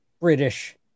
British